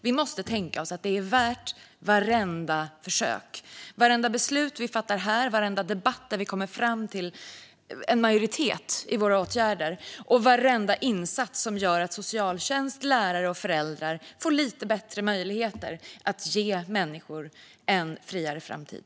Vi måste tänka att det är värt vartenda försök, vartenda beslut vi fattar här, varenda debatt vi har och når en majoritet i fråga om åtgärder och varenda insats som gör att socialtjänst, lärare och föräldrar får lite bättre möjligheter att ge människor en friare framtid.